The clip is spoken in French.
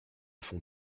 font